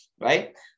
Right